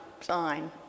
sign